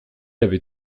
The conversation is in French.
avait